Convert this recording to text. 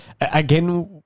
again